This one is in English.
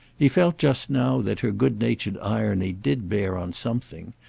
he felt just now that her good-natured irony did bear on something,